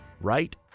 Right